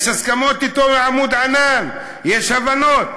יש הסכמות אתו מ"עמוד ענן", יש הבנות.